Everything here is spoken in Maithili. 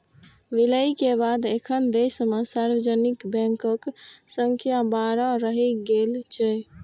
विलय के बाद एखन देश मे सार्वजनिक बैंकक संख्या बारह रहि गेल छै